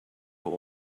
all